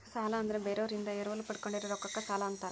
ಸಾಲ ಅಂದ್ರ ಬೇರೋರಿಂದ ಎರವಲ ಪಡ್ಕೊಂಡಿರೋ ರೊಕ್ಕಕ್ಕ ಸಾಲಾ ಅಂತಾರ